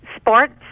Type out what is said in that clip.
Sports